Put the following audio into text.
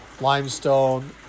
limestone